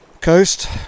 coast